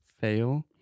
fail